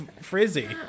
frizzy